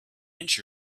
inch